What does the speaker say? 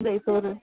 தயிர் சோறு